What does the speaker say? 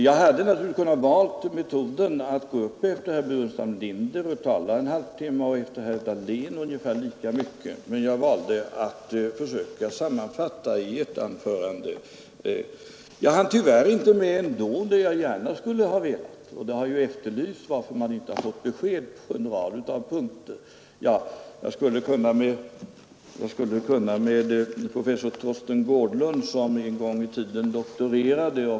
Jag kunde naturligtvis ha valt att begära ordet efter herr Burenstam Linder och då talat i en halvtimme och sedan efter herr Dahlén och talat ungefär lika länge till. Men jag valde i stället att försöka sammanfatta i ett anförande. Jag hann tyvärr ändå inte med allt jag gärna skulle ha velat; man har här frågat varför man inte fått besked på en rad punkter. Jag skulle som svar kunna instämma i vad professor Torsten Gårdlund sade då han en gång i tiden doktorerade.